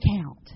account